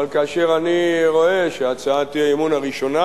אבל כאשר אני רואה שהצעת האי-אמון הראשונה